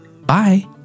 bye